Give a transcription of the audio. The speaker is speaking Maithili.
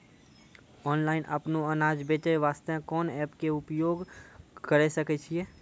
ऑनलाइन अपनो अनाज बेचे वास्ते कोंन एप्प के उपयोग करें सकय छियै?